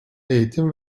eğitim